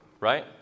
right